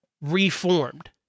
reformed